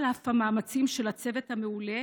על אף המאמצים של הצוות המעולה